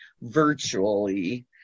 virtually